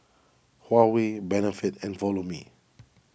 Huawei Benefit and Follow Me